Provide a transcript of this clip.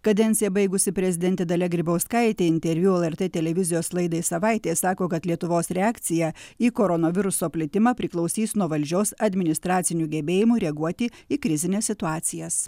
kadenciją baigusi prezidentė dalia grybauskaitė interviu lrt televizijos laidai savaitė sako kad lietuvos reakcija į koronaviruso plitimą priklausys nuo valdžios administracinių gebėjimų reaguoti į krizines situacijas